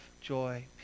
joy